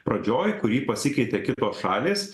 pradžioj kurį pasikeitė kitos šalys